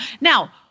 Now